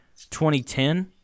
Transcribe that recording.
2010